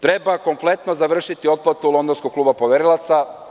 Treba kompletno završiti sa otplatom Londonskog kluba poverilaca.